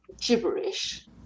gibberish